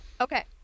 Okay